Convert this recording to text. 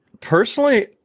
Personally